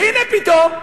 והנה פתאום,